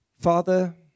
Father